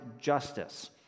justice